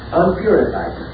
unpurified